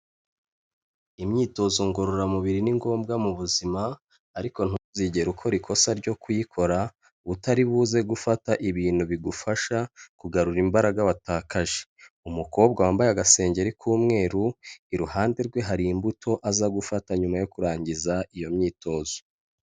Imyitozo ngororamubiri ni ngombwa mu buzima ariko ntuzigere ukora ikosa ryo kuyikora utaribuze gufata ibintu bigufasha kugarura imbaraga watakaje, umukobwa wambaye agasengeri k'umweru iruhande rwe hari imbuto aza gufata nyuma yo kurangiza iyo myitozo.